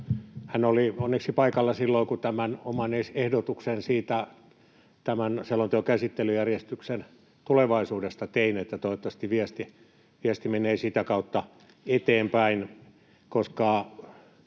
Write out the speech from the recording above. hän oli onneksi paikalla silloin, kun tämän oman ehdotuksen selonteon käsittelyjärjestyksen tulevaisuudesta tein. Toivottavasti viesti menee sitä kautta eteenpäin, koska